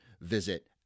Visit